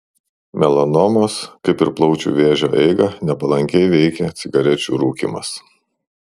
melanomos kaip ir plaučių vėžio eigą nepalankiai veikia cigarečių rūkymas